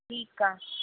ठीकु आहे